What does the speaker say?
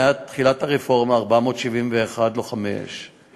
מאז תחילת הרפורמה, 471 לוחמי אש,